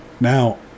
Now